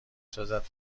سازد